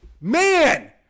Man